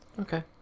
okay